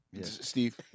Steve